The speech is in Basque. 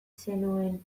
zenuen